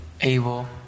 able